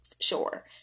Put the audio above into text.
sure